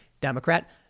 Democrat